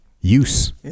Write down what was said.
use